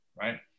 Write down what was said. right